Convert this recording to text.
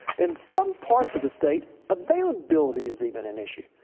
in some parts of the state availability is even an issue.